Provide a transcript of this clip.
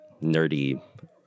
nerdy